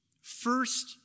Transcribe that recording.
First